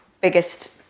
biggest